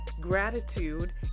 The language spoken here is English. gratitude